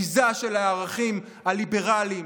ביזה של הערכים הליברליים,